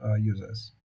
users